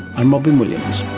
i'm robyn williams